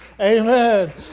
Amen